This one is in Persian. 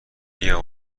بیا